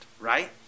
right